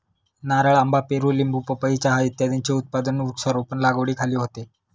नारळ, आंबा, पेरू, लिंबू, पपई, चहा इत्यादींचे उत्पादन वृक्षारोपण लागवडीखाली होते